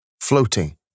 Floating